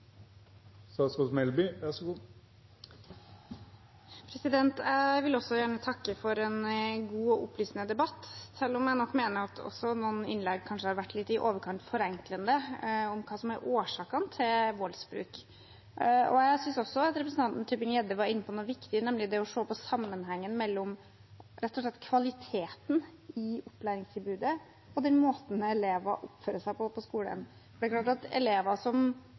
opplysende debatt, selv om jeg nok mener at noen innlegg kanskje har vært i overkant forenklende om hva som er årsakene til voldsbruk. Jeg synes også at representanten Tybring-Gjedde var inne på noe viktig, nemlig det å se på rett og slett sammenhengen mellom kvaliteten i opplæringstilbudet og den måten elever oppfører seg på på skolen. Det er klart at elever som